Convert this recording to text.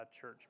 church